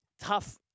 tough